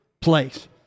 place